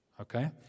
Okay